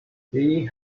they